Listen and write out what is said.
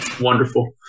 wonderful